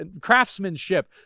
craftsmanship